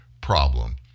problem